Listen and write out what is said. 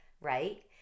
right